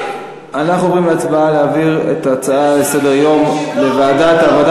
להעביר את ההצעות לסדר-היום לוועדת העבודה